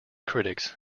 critics